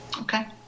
Okay